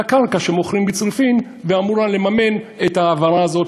מהקרקע שמוכרים בצריפין ואמורה לממן את ההעברה הזאת